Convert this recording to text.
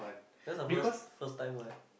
that's the first first time right